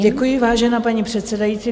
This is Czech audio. Děkuji, vážená paní předsedající.